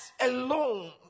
alone